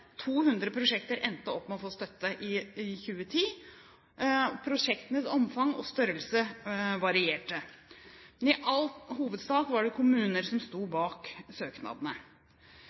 200 prosjekter endte opp med å få støtte i 2010. Prosjektenes omfang og størrelse varierte, men i all hovedsak var det kommuner som sto bak søknadene.